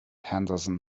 henderson